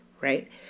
right